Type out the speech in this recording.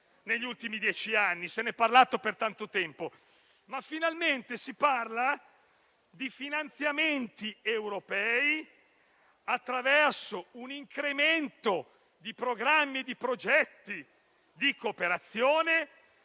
negli ultimi dieci anni, di cui si è parlato per tanto tempo, ma finalmente si parlerà di finanziamenti europei attraverso un incremento di programmi e di progetti di cooperazione